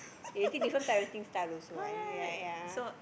you think parenting style also ya right ya